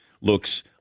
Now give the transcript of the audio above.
looks